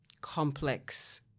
complex